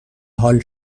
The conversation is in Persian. حال